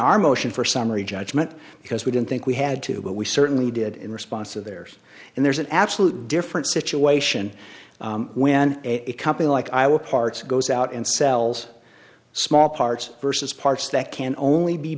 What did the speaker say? our motion for summary judgment because we didn't think we had to but we certainly did in response of there and there's an absolutely different situation when a company like iowa parts goes out and sells small parts versus parts that can only be